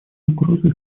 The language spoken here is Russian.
угрозы